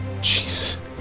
Jesus